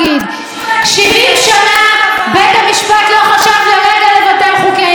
70 שנה בית המשפט לא חשב לרגע לבטל חוקי-יסוד.